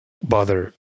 bother